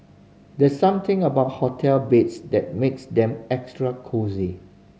there's something about hotel beds that makes them extra cosy